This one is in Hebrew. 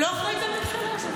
לא אחראית לממשלה.